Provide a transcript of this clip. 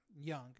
Young